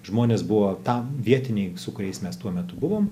žmonės buvo tą vietiniai su kuriais mes tuo metu buvom